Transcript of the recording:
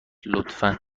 لطفا